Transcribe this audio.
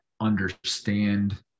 understand